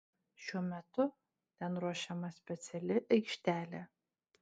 šiuo metu ten ruošiama speciali aikštelė